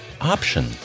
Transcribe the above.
Option